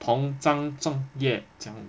铜章中业奖